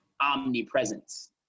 omnipresence